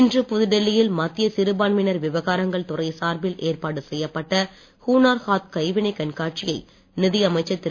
இன்று புதுடில்லியில் மத்திய சிறுபான்மையினர் விவகாரங்கள் துறை சார்பில் ஏற்பாடு செய்யப்பட்ட ஹுனார் ஹாத் கைவினைக் கண்காட்சியை நிதி அமைச்சர் திரு